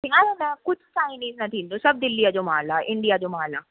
न न कुझु चाईनीज़ न थींदो सभु दिल्लीअ जो माल आहे इंडिया जो माल आहे